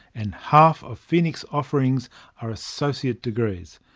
and half ah phoenix's offerings are associate degrees.